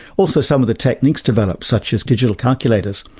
also some of the techniques developed, such as digital calculators,